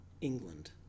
England